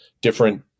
different